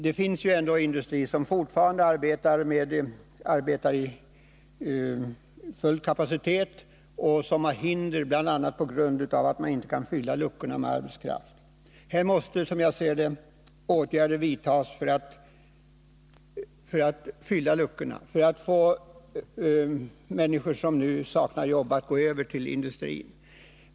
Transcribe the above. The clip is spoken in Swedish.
Det finns ju ändå industrier som fortfarande arbetar med full kapacitet men som möter hinder bl.a. därför att man inte kan fylla luckorna med arbetskraft. Här måste, som jag ser det, åtgärder vidtas för att man skall kunna fylla de lediga platserna. Det gäller att få människor som nu saknar jobb att gå över till industrin.